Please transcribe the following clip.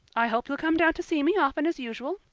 i hope you'll come down to see me often as usual.